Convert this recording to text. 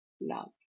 love